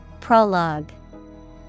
Prologue